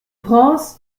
prince